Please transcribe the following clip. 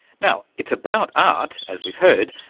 now, it's about art, as we've heard,